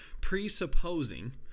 presupposing